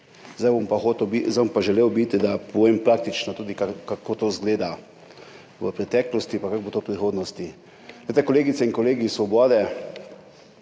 zdaj bom pa želel biti, da povem praktično tudi kako to izgleda, v preteklosti, pa kako bo to v prihodnosti. Glejte, kolegice in kolegi Svobode,